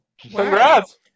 Congrats